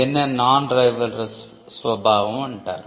దీన్నే non rivalrous స్వభావం అంటారు